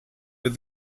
with